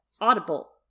Audible